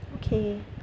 okay